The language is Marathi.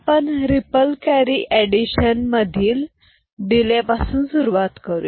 आपण रिपल कॅरी एडिशन मधील डीले पासून सुरुवात करू